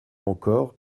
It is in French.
encore